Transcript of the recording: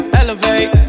elevate